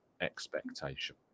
expectation